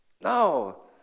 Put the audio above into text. No